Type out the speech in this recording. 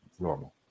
normal